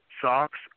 socks